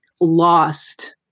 lost